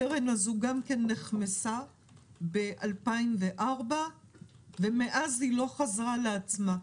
הקרן הזו נחמסה ב-2004 ומאז היא לא חזרה לעצמה.